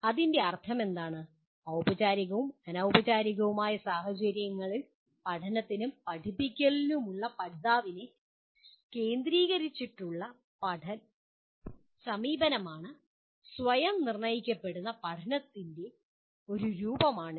അതിന്റെ അർത്ഥമെന്താണ് ഔപചാരികവും അനൌപചാരികവുമായ സാഹചര്യങ്ങളിൽ പഠനത്തിനും പഠിപ്പിക്കലിനുമുള്ള പഠിതാവിനെ കേന്ദ്രീകരിച്ചുള്ള സമീപനമാണ് സ്വയം നിർണ്ണയിക്കപ്പെടുന്ന പഠനത്തിന്റെ ഒരു രൂപമാണ് ഇത്